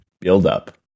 buildup